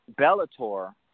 Bellator